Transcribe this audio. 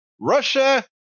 Russia